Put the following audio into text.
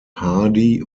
hardy